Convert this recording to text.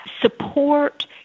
support